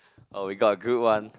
oh we got good one